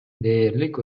дээрлик